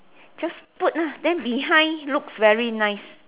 just put ah then behind looks very nice